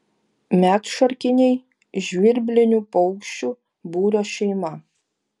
medšarkiniai žvirblinių paukščių būrio šeima